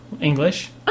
English